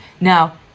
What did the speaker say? Now